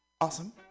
Awesome